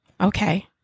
Okay